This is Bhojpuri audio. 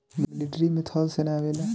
मिलिट्री में थल सेना आवेला